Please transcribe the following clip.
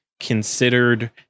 considered